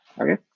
Okay